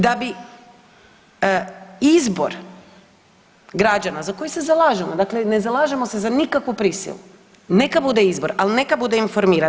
Da bi izbor građana za koji se zalažemo, dakle ne zalažemo se za nikakvu prisilu, neka bude izbor, ali neka bude informiran.